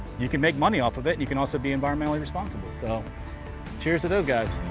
you can make money off of it and you can also be environmentally responsible so cheers to those guys.